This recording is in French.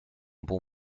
bon